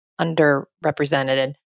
underrepresented